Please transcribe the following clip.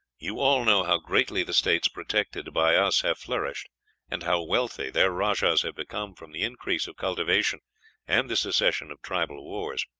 you all know how greatly the states protected by us have flourished and how wealthy their rajahs have become from the increase of cultivation and the cessation of tribal wars.